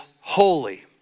holy